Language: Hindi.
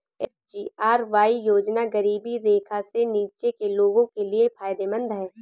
एस.जी.आर.वाई योजना गरीबी रेखा से नीचे के लोगों के लिए फायदेमंद है